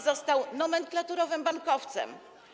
został nomenklaturowym bankowcem.